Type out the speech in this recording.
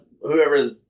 whoever's